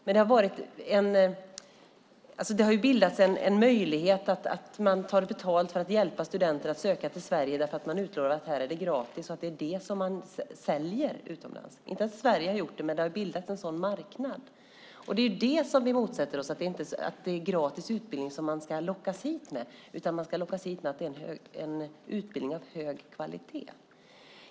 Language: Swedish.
Men det har bildats en möjlighet att ta betalt för att hjälpa studenter att söka till Sverige för att man utlovar att det är gratis här. Det är det man säljer utomlands. Sverige gör det inte, men det har bildats en sådan marknad. Det är det som vi motsätter oss, alltså att det är gratis utbildning man lockas hit med. Man ska lockas hit med att det är utbildning av hög kvalitet.